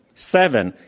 seven,